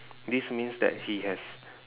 this means that he has